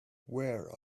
where